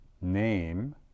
name